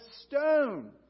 stone